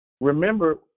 remember